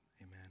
amen